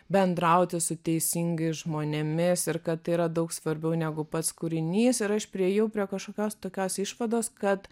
bendrauti su teisingais žmonėmis ir kad tai yra daug svarbiau negu pats kūrinys ir aš priėjau prie kažkokios tokios išvados kad